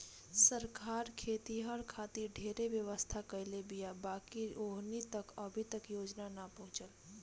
सरकार खेतिहर खातिर ढेरे व्यवस्था करले बीया बाकिर ओहनि तक अभी योजना ना पहुचल